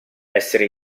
essere